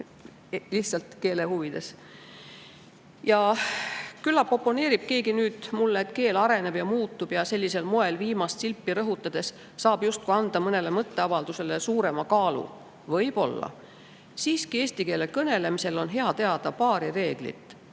lihtsalt keele huvides. Küllap oponeerib keegi nüüd mulle, et keel areneb ja muutub ja sellisel moel viimast silpi rõhutades saab justkui anda mõnele mõtteavaldusele suurema kaalu. Võib-olla. Siiski, eesti keele kõnelemisel on hea teada paari reeglit.